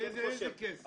איזה כסף?